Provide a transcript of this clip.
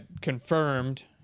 confirmed